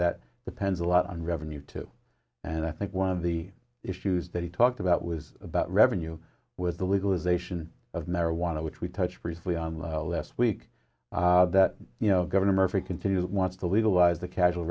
that depends a lot on revenue too and i think one of the issues that he talked about was about revenue with the legalization of marijuana which we touched briefly on last week that you know governor murphy continue wants to legalize the casual